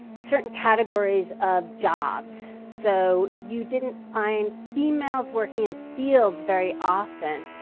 certain categories of jobs. so you didn't find females working in fields very often.